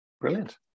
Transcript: Brilliant